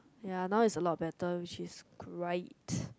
ya now is a lot better which is great